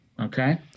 Okay